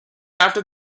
after